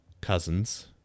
cousins